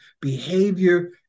behavior